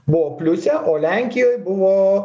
buvo pliuse o lenkijoj buvo